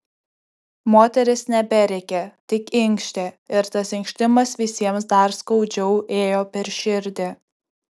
moteris neberėkė tik inkštė ir tas inkštimas visiems dar skaudžiau ėjo per širdį